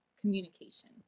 communication